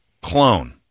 clone